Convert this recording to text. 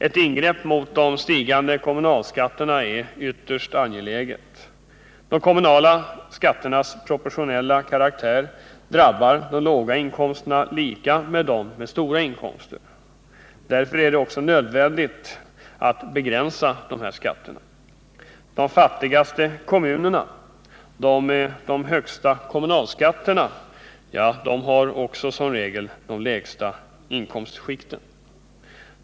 Ett ingrepp mot de stigande kommunalskatterna är ytterst angeläget. De kommunala skatternas proportionella karaktär gör att dessa skatter drabbar låga och höga inkomster lika. Därför är det nödvändigt att begränsa dessa skatter. De fattigaste kommunerna, de med de högsta kommunalskatterna, har som regel också skattebetalare i de lägsta inkomstskikten.